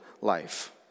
life